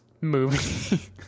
movie